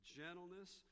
gentleness